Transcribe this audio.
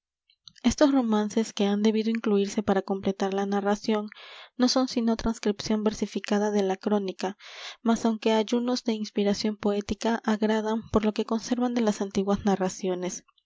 estos romances que han debido incluirse para completar la narración no son sino transcripción versificada de la crónica mas aunque ayunos de inspiración poética agradan por lo que conservan de las antiguas narraciones